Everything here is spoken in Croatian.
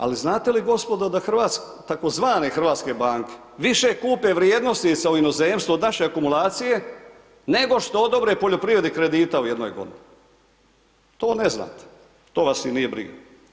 Ali, znate li gospodo da tzv. hrvatske banke više kupe vrijednosti iz inozemstva od naše akumulacije, nego što odobre poljoprivrednih kredita u jednoj godini, to ne znate, to vas i nije briga.